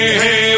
hey